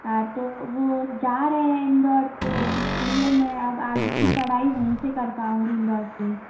हाँ तो वो जा रहे हैं इंदौर तो इस लिए मैं अब आगे की पढ़ाई वहीं से कर पाऊँगी इंदौर से